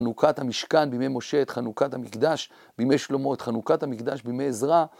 חנוכת המשכן בימי משה, את חנוכת המקדש בימי שלמה, את חנוכת המקדש בימי עזרא.